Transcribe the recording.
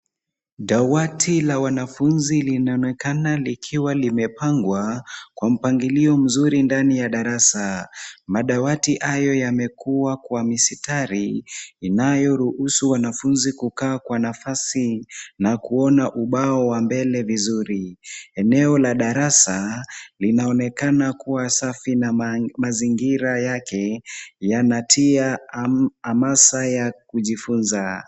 Dawati la wanafunzi linaonekana likiwa limepangwa kwa mpangilio mzuri ndani ya darasa. Madawati hayo yamekuwa kwa mistari inayoruhusu wanafunzi kukaa kwa nafasi na kuona ubao wa mbele vizuri. Eneo la darasa linaonekana kuwa safi na mazingira yake yanatia hamasa ya kujifunza.